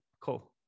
cool